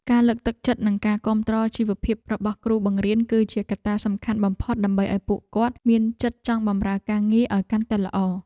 ការលើកទឹកចិត្តនិងការគាំទ្រជីវភាពរបស់គ្រូបង្រៀនគឺជាកត្តាសំខាន់បំផុតដើម្បីឱ្យពួកគាត់មានចិត្តចង់បម្រើការងារឱ្យកាន់តែល្អ។